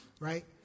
right